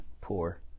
poor